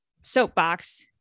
soapbox